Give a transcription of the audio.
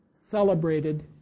celebrated